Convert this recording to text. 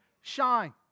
shine